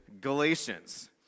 galatians